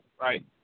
right